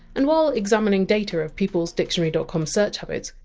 and while examining data of people's dictionary dot com search habits,